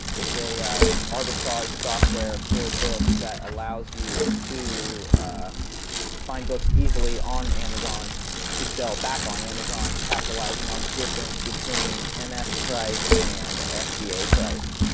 it's a arbitrage software for books that allows you to find books easily on amazon to sell back on amazon capitalising on the difference between mf price and fba price.